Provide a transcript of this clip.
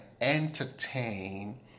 entertain